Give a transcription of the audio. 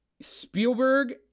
Spielberg